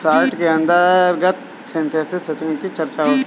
short के अंतर्गत synthetic setting की चर्चा होती है